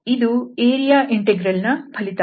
ಇದು ಏರಿಯಾ ಇಂಟೆಗ್ರಲ್ನ ಫಲಿತಾಂಶ